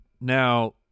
Now-